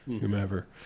whomever